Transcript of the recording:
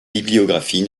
bibliographie